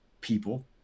People